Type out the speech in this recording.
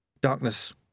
Darkness